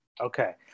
Okay